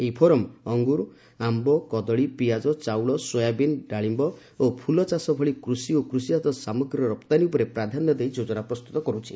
ଏହି ଫୋରମ ଅଙ୍ଗୁର ଆମ୍ଘ କଦଳୀ ପିଆଜ ଚାଉଳ ସୋୟାବିନ ଡାଳିୟ ଓ ଫୁଲ ଚାଷ ଭଳି କୃଷି ଓ କୃଷିଚାତ ସାମଗ୍ରୀର ରପ୍ତାନୀ ଉପରେ ପ୍ରାଧାନ୍ୟ ଦେଇ ଯୋଜନା ପ୍ରସ୍ତୁତ କରୁଛି